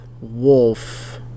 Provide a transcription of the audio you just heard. wolf